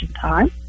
time